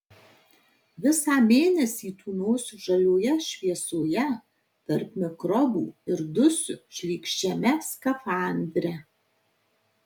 visą mėnesį tūnosiu žalioje šviesoje tarp mikrobų ir dusiu šlykščiame skafandre